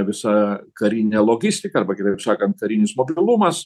visada karinė logistika arba kitaip sakant karinis mobilumas